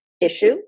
issue